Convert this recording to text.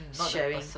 sharing